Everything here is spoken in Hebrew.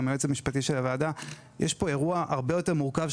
היועץ המשפטי של הוועדה יש פה אירוע הרבה יותר מורכב,